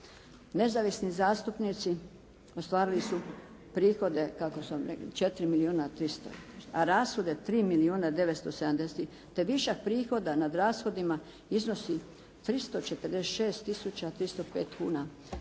Nezavisni zastupnici ostvarili su prihode kako sam rekla, 4 milijuna 300, a rashode 3 milijuna 970 tisuća te višak prihoda nad rashodima iznosi 346 tisuća 305 kuna.